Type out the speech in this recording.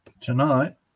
tonight